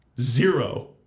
zero